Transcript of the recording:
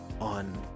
on